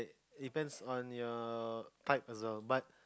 depends on your type as a bud